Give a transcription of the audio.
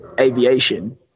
aviation